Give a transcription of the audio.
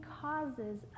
causes